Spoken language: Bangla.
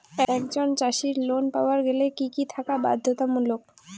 একজন চাষীর লোন পাবার গেলে কি কি থাকা বাধ্যতামূলক?